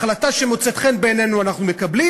החלטה שמוצאת חן בעינינו אנחנו מקבלים,